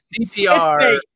CPR